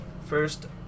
first